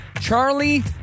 Charlie